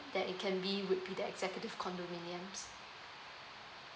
that it can be would be the executive condominiums